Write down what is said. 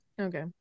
Okay